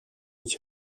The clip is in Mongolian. гэж